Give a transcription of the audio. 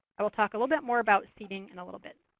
we'll talk a little bit more about seeding in little bit.